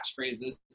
catchphrases